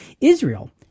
Israel